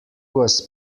was